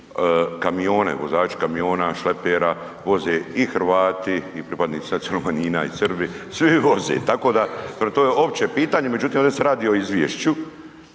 vozači kamiona, šlepera voze i Hrvati i pripadnici nacionalnih manjina i Srbi, svi voze, tako da prema tome, opće pitanje, međutim ovdje se radi o izvješću